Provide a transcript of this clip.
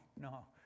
no